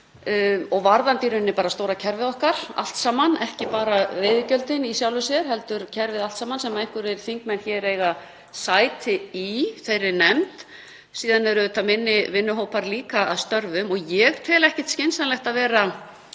og í rauninni bara stóra kerfið okkar allt saman, ekki bara veiðigjöldin í sjálfu sér heldur kerfið allt saman. Einhverjir þingmenn hér eiga sæti í þeirri nefnd og síðan eru minni vinnuhópar líka að störfum. Ég tel ekki skynsamlegt að vera